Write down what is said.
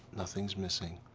nothing's missing,